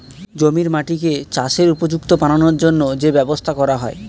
জমির মাটিকে চাষের উপযুক্ত বানানোর জন্যে যে ব্যবস্থা করা হয়